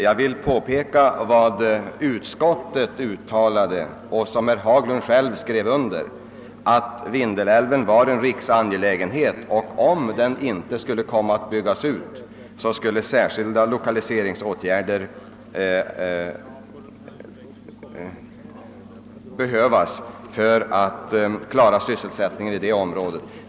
Jag vill påpeka att utskottet uttalade -— något som herr Haglund själv skrev under — att frågan om Vindelälven var en riksangelägenhet och att om Vindelälven inte nibyggdes, så skulle särskilda lokaliseringsåtgärder behövas för att man skulle klara sysselsättningen i det området.